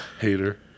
Hater